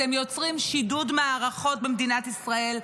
אתם יוצרים שידוד מערכות במדינת ישראל.